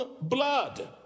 blood